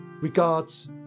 Regards